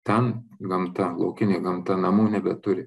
ten gamta laukinė gamta namų nebeturi